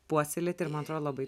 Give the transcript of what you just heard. puoselėti ir man atrodo labai